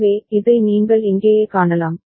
எனவே இதை நீங்கள் இங்கேயே காணலாம்